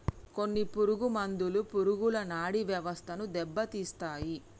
కొన్ని పురుగు మందులు పురుగుల నాడీ వ్యవస్థను దెబ్బతీస్తాయి